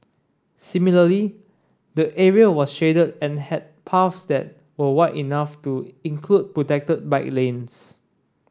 similarly the area was shaded and had paths that were wide enough to include protected bike lanes